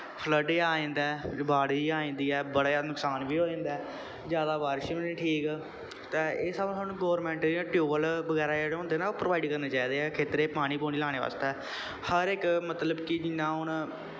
filled जेहा आई जंदा ऐ बाड़ जेही आई जंदी ऐ बड़ा जादा नकसान बी होई जंदा ऐ जादा बारिश बी निं ठीक ते इस स्हाबै सानूं गौैरमैंट टयूबैल्ल बगैरा जेह्ड़े होंदे न ओह् प्रोवाइड करने चाहिदे ऐ खेत्तरें गी पानी पूनी लाने बास्तै हर इक मतलब कि जियां हून